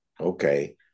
okay